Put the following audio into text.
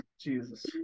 Jesus